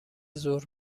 ظهر